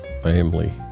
family